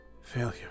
failure